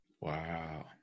Wow